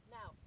Now